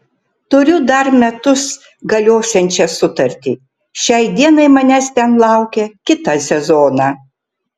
turiu dar metus galiosiančią sutartį šiai dienai manęs ten laukia kitą sezoną